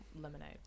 lemonade